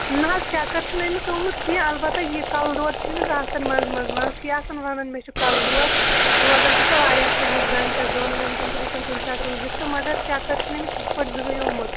نہ حظ چَکَر چھُنہٕ أمِس ٲمُت کینٛہہ اَلبَتہ یہِ کَلہٕ دود چھُ أمِس آسان منٛزٕ منٛزٕ منٛزٕ چھِ یہِ آسان وَنان مےٚ چھُ کَلہٕ دود روزان چھِ سُہ واریاہَس ٹایمَس گَنٛٹَس دۄن گَنٹَن تہِ ہٮ۪کان کُنہِ ساتہٕ روٗزِتھ تہٕ مَگَر چَکر چھُنہٕ أمِس یِتھ پٲٹھۍ زٕہۭنۍ ٲمُت